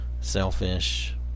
selfish